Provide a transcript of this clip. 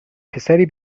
پسری